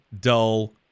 dull